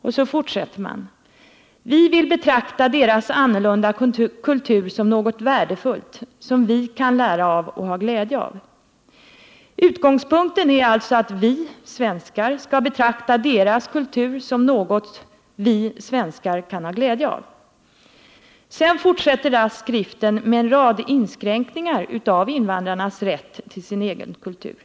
Man fortsätter: ”Vi vill betrakta deras annorlunda kultur som något värdefullt, som vi kan lära av och ha glädje av.” Utgångspunkten är alltså att vi svenskar skall betrakta deras kultur som något vi svenskar kan ha glädje av. Sedan fortsätter raskt skriften med en rad inskränkningar av invandrarnas rätt till sin egen kultur.